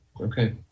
Okay